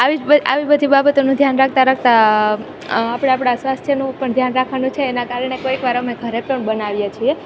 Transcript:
આવી બધી બાબતોનું ધ્યાન રાખતા રાખતા આપણે આપણા સ્વાસ્થ્યનું પણ ધ્યાન રાખવાનું છે એના કારણે કોઈક વાર અમે ઘરે પણ બનાવીએ છીએ